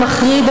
המחריד,